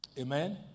Amen